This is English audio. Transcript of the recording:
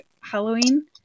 Halloween